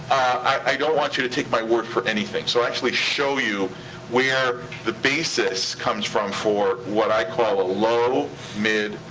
i don't want you to take my word for anything. so i actually show you where the basis comes from for what i call a low, mid,